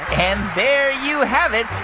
and there you have it.